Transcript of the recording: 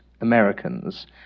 Americans